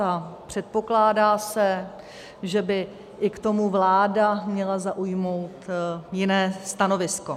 A předpokládá se, že by i k tomu vláda měla zaujmout jiné stanovisko.